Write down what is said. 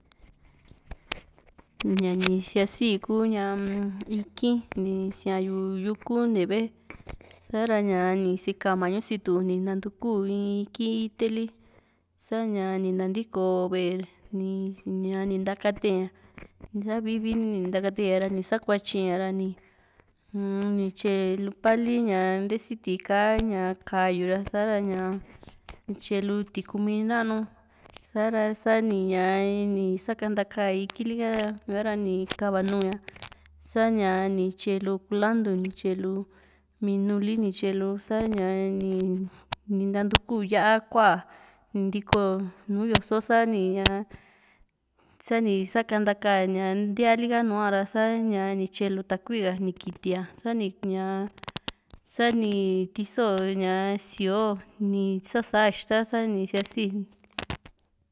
ñani sia´si ku ikì´n ni siayu yuku ntivee sa´ra ni sika mañu situ ni nantuku in ikì´n iteli sa´ña ni natiko ve´e ni ni ntakateña sa vii vii ni ntakateña ni sakuatyi na ra uun ni tyae pali ntee siti ka´a ña ka´yura sa ñaa ni tyaelu tikumi nanu sa´ra sani ñaa nii santaka ikì´n li´hara sa´ra nikava nu ña sa´ña ni tyailu kulantu ni tyaeli minu lini tyaelu sa ña ni nantuku lu yá ´a kua´a ni ntiko nùù yoso sa´ni ña sani sakantaka ña ntía li´ka nuara sa ñaa ni tyae luu takui ka ni kitia sa ña sa´ni tiso ñaa síoo ni sa´sa ixta sa ni sia´si.